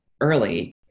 early